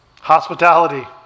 hospitality